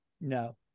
No